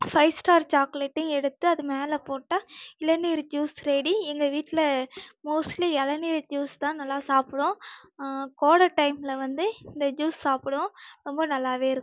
five star சாக்லேட்டையும் எடுத்து அது மேல் போட்டால் இளநீர் ஜூஸ் ரெடி எங்கள் வீட்டில் மோஸ்ட்லி இளநீர் ஜூஸ் தான் நல்லா சாப்பிடுவோம் கோடை டைமில் வந்து இந்த ஜூஸ் சாப்பிடுவோம் ரொம்ப நல்லாவே இருக்கும்